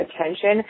attention